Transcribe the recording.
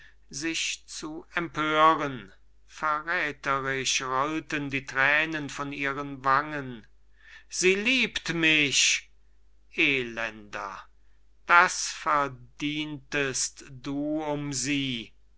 sich zu empören verrätherisch rollten die thränen von ihren wangen sie liebt mich elender das verdientest du um sie